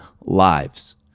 lives